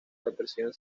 represión